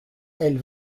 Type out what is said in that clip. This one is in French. elle